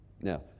Now